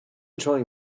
trying